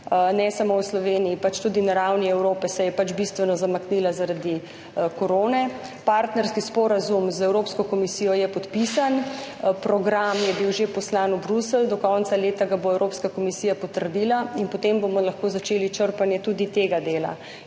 ne samo v Sloveniji, tudi na ravni Evrope se je bistveno zamaknila zaradi korone. Partnerski sporazum z Evropsko komisijo je podpisan, program je že bil poslan v Bruselj, do konca leta ga bo Evropska komisija potrdila in potem bomo lahko začeli črpanje tudi tega dela.